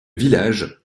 village